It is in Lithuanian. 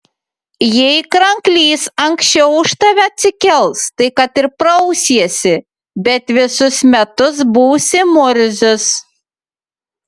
jei kranklys anksčiau už tave atsikels tai kad ir prausiesi bet visus metus būsi murzius